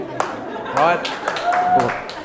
Right